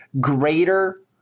greater